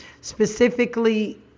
specifically